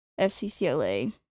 FCCLA